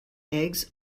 eggs